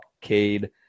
Cade